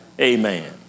Amen